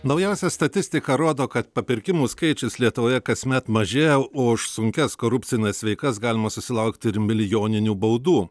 naujausia statistika rodo kad papirkimų skaičius lietuvoje kasmet mažėja o už sunkias korupcines veikas galima susilaukti ir milijoninių baudų